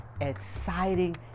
exciting